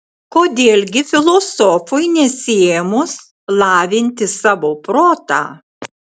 kodėl gi filosofui nesiėmus lavinti savo protą